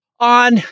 on